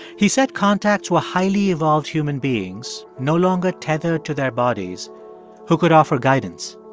he said contacts were highly evolved human beings no longer tethered to their bodies who could offer guidance.